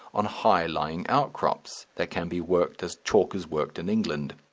on high-lying outcrops, that can be worked as chalk is worked in england.